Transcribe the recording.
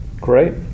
Great